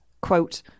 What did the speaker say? quote